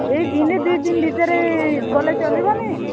ଏଇ ଦିନେ ଦୁଇ ଦିନ ଭିତରେ ଗଲେ ଚଲିବନି